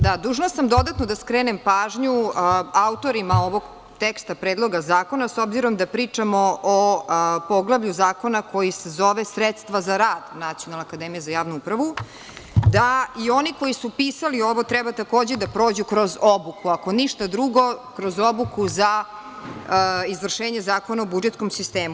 Dužna sam dodatno da skrenem pažnju autorima ovog teksta Predloga zakona, s obzirom da pričamo o poglavlju zakona koji se zove – Sredstva za rad Nacionalne akademije za javnu upravu, da i oni koji su pisali ovo, treba takođe da prođu kroz obuku, ako ništa drugo kroz obuku za izvršenje zakona o budžetskom sistemu.